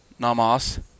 namas